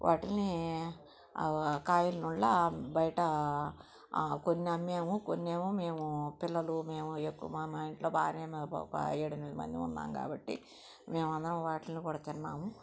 వాటిని కాయలు బయట కొన్ని అమ్మాము కొన్ని ఏమో మేము పిల్లలు మేము ఎక్కువ మ మా ఇంట్లో బాగా మే మో పా ఏడు ఎనిమిది మంది ఉన్నాము కాబట్టి మేము అందరం వాటిని కూడా తిన్నాము